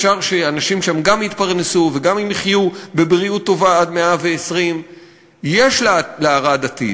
אפשר שאנשים שם גם יתפרנסו וגם יחיו בבריאות טובה עד 120. יש לערד עתיד,